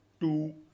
two